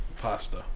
pasta